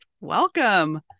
Welcome